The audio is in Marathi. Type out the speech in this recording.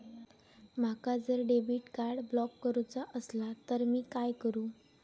माका जर डेबिट कार्ड ब्लॉक करूचा असला तर मी काय करू?